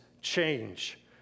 change